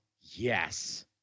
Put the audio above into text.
Yes